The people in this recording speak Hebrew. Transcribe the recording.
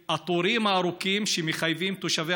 על התורים הארוכים שמחייבים את תושבי